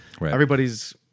Everybody's